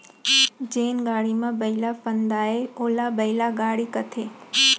जेन गाड़ी म बइला फंदाये ओला बइला गाड़ी कथें